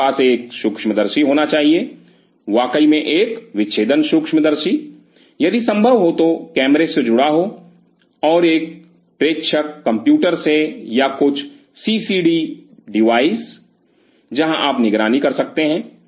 आपके पास एक सूक्ष्मदर्शी होना चाहिए वाकई में एक विच्छेदन सूक्ष्मदर्शी यदि संभव हो तो कैमरे से जुड़ा हो और एक एक प्रेक्षक कंप्यूटर से या कुछ सीसीडी डिवाइस जहां आप निगरानी कर सकते हैं